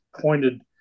pointed